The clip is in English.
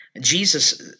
Jesus